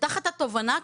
ותחת התובענה,